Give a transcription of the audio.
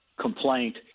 complaint